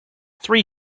three